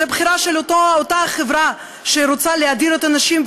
זו בחירה של אותה החברה שרוצה להדיר את הנשים,